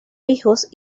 hijos